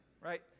right